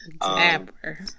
Dapper